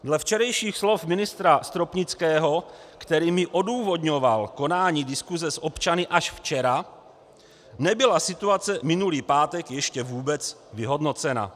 Dle včerejších slov ministra Stropnického, kterými odůvodňoval konání diskuse s občany až včera, nebyla situace minulý pátek ještě vůbec vyhodnocena.